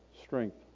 strength